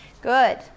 good